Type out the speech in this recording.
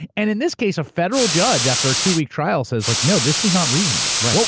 and in this case a federal judge, after a two week trial, says, like no, this was not reasonable. right.